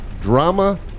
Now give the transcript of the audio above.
drama